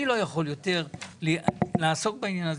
אני לא יכול יותר לעסוק בעניין הזה.